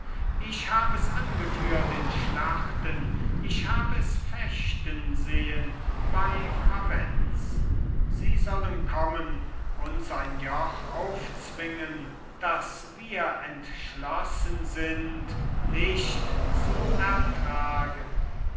ich hab es angeführt in schlachten ich hab es fechten sehen bei favenz sie sollen kommen uns ein joch aufzwingen das wir entschlossen sind nicht zu ertragen